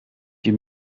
die